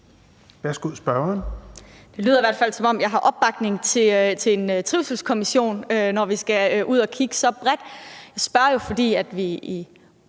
Det lyder i hvert fald, som om vi har opbakning til en trivselskommission, når vi skal ud at kigge så bredt. Jeg spørger jo, fordi vi